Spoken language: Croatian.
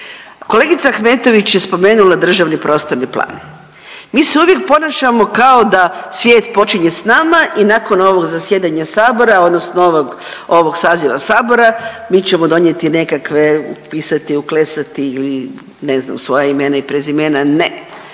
Kolegica Ahmetović je spomenula državni prostorni plan. Mi se uvijek ponašamo kao da svijet počinje s nama i nakon ovog zasjedanja sabora odnosno ovog, ovog saziva sabora mi ćemo donijeti nekakve, upisati i uklesati ili ne znam svoja imena i prezimena, ne,